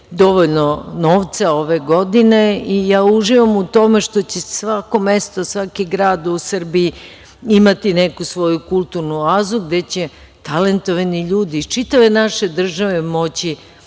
dovoljno novca ove godine i ja uživam što će u svakom mestu, svaki grad u Srbiji imati neku svoju kulturnu oazu, gde će talentovani ljudi iz čitave naše države, moći